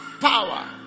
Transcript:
power